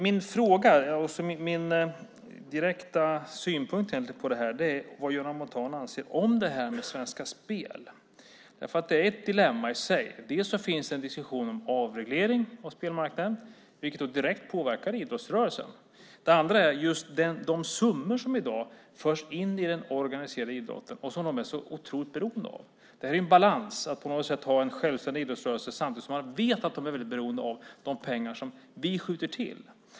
Min fråga är vad Göran Montan anser när det handlar om Svenska Spel. Det är ett dilemma i sig. Det finns en diskussion om avreglering av spelmarknaden, vilket direkt påverkar idrottsrörelsen. Det andra är de summor som i dag förs in i den organiserade idrotten och som den är så otroligt beroende av. Det här är en balans, att på något sätt ha en självständig idrottsrörelse samtidigt som man vet att den är väldigt beroende av de pengar som vi skjuter till.